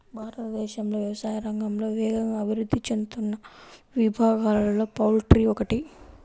భారతదేశంలో వ్యవసాయ రంగంలో వేగంగా అభివృద్ధి చెందుతున్న విభాగాలలో పౌల్ట్రీ ఒకటి